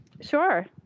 Sure